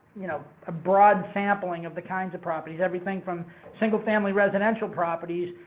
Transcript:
you know, a broad sampling of the kinds of properties. everything from single-family residential properties,